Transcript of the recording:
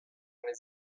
les